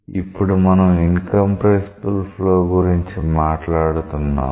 ఇప్పుడు మనం incompressible flow గురించి మాట్లాడుతున్నాము